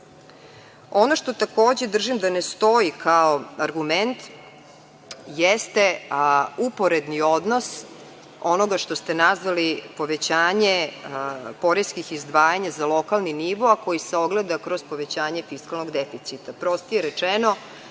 što, takođe, držim da ne stoji kao argument jeste uporedni odnos onoga što ste nazvali povećanje poreskih izdvajanja za lokalni nivo, a koji se ogleda kroz povećanje fiskalnog deficita,